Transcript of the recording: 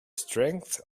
strength